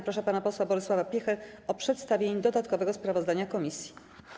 Proszę pana posła Bolesława Piechę o przedstawienie dodatkowego sprawozdania komisji.